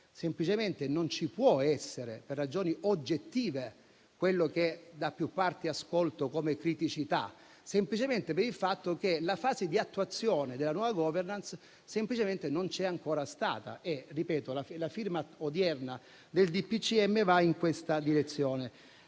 semplicemente non ci può essere per ragioni oggettive quello che da più parti ascolto come criticità, per il fatto che la fase di attuazione della nuova *governance* non c'è ancora stata e - lo ripeto - la firma odierna del DPCM va in questa direzione.